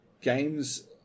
Games